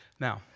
Now